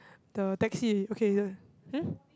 the taxi okay the hmm